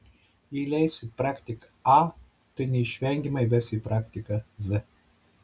jei leisi praktiką a tai neišvengiamai ves į praktiką z